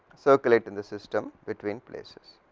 circulate in the system between places